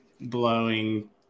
blowing